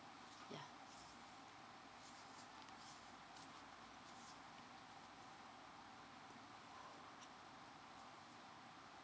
yeah